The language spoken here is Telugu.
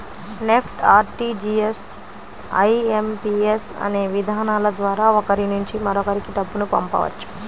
నెఫ్ట్, ఆర్టీజీయస్, ఐ.ఎం.పి.యస్ అనే విధానాల ద్వారా ఒకరి నుంచి మరొకరికి డబ్బును పంపవచ్చు